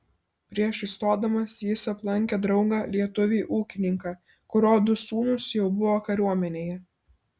prieš įstodamas jis aplankė draugą lietuvį ūkininką kurio du sūnūs jau buvo kariuomenėje